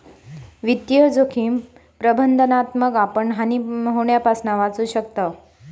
वित्तीय जोखिम प्रबंधनातना आपण हानी होण्यापासना वाचू शकताव